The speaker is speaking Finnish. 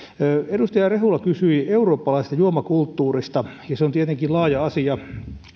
edustaja rehula kysyi eurooppalaisesta juomakulttuurista ja se on tietenkin laaja asia